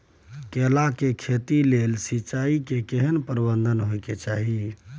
केला के खेती के लेल सिंचाई के केहेन प्रबंध होबय के चाही?